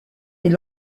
est